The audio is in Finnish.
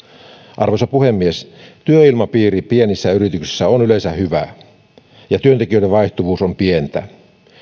arvoisa puhemies pienissä yrityksissä työilmapiiri on yleensä hyvä ja työntekijöiden vaihtuvuus pientä